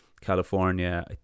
California